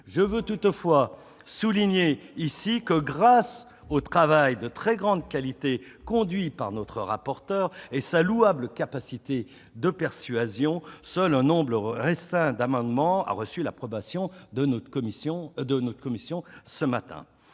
Je veux toutefois souligner ici que, grâce au travail de très grande qualité conduit par notre rapporteur et à sa louable capacité de persuasion, seul un nombre restreint d'amendements ont reçu l'approbation de notre commission ce matin.